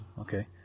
Okay